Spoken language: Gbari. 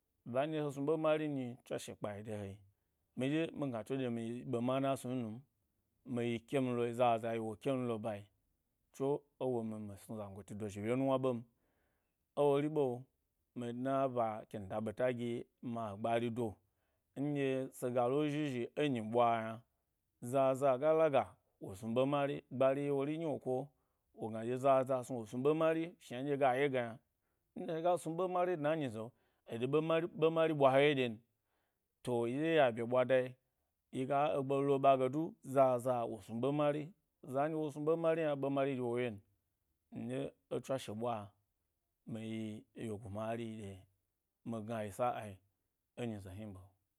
Za nɗye wo snu’ɓe mari nyi, tswashe kpayi de woyi, mi ɗye migna tso ɗye miyi ɓe na snu num miyi kemlo, zaza yi wo kem lo ba, tso e womi mi snu zan goti do zhi shenuwna ɓe m. Ewori ɓa mi dna ba kemi da ɓeta gi mi agba ri do nɗjye sega lo zhi zhi e nyi ɓwa yna, zaza ga taga wo snu ɓe mari, gbari yi wo ri nyi wok o wogna zaza snu wo snu’ɓe mari shna ɗye ga ye ge yna. Nɗye hega smi ɓe mari dna e ɗyi ze, eɗye ɓe mari ɓe mari ɓwa he ɗyen, to yi dye ya bye ɓwadai yiga regɓe lo ba ge du zaza wo mari za ndye wo snu ɓemmi ma be mari dye wo wye n ndye ẻ tswasho ɓwa mi yi wyegu mari ɗye mi gna yi sa’a e nyi hni ɓe.